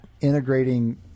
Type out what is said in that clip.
integrating